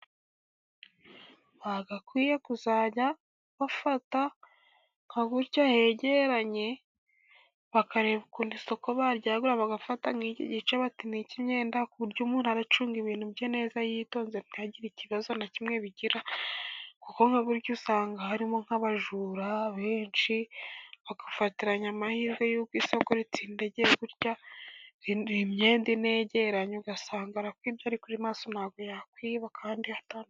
Bagakwiye kuzajya bafata nka gutya hegeranye, bakareba ukuntu isoko baryagura, bagafata nk'iki gice bati ni icy'imyenda, ku buryo umuntu ara acunga ibintu bye neza yitonze ntihagire ikibazo na kimwe bigira, kuko nka burya usanga harimo nk'abajura benshi, bagafatiranya amahirwe y'uko ritsindagiye gurya, imyenda inegeranye ugasanga arakwibye, ariko uri maso nta bwo yakwiba kandi...